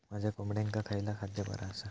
माझ्या कोंबड्यांका खयला खाद्य बरा आसा?